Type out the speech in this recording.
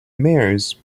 mares